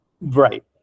right